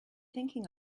thinking